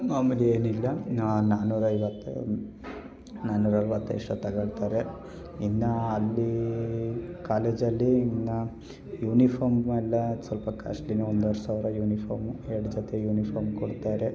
ಮಾಮೂಲಿ ಏನಿಲ್ಲ ನಾನೂರೈವತ್ತು ನಾನೂರು ಅರುವತ್ತು ಎಷ್ಟೋ ತಗೊಳ್ತಾರೆ ಇನ್ನು ಅಲ್ಲಿ ಕಾಲೇಜಲ್ಲಿ ಇನ್ನು ಯೂನಿಫಾಮ್ ಎಲ್ಲ ಸ್ವಲ್ಪ ಅದು ಕಾಸ್ಟ್ಲಿಯೇ ಒಂದುವರೆ ಸಾವಿರ ಯೂನಿಫಾಮು ಎರಡು ಜೊತೆ ಯೂನಿಫಾಮ್ ಕೊಡ್ತಾರೆ